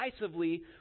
decisively